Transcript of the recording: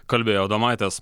kalbėjo adomaitis